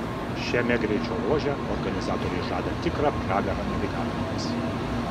šiame greičio ruože organizatoriai žada tikrą pragarą navigatoriams